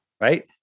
Right